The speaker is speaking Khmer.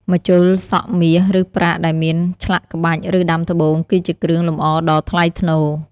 ម្ជុលសក់មាស ឬប្រាក់ដែលមានឆ្លាក់ក្បាច់ ឬដាំត្បូង គឺជាគ្រឿងលម្អដ៏ថ្លៃថ្នូរ។